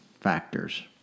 factors